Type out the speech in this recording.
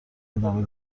ادامه